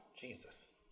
Jesus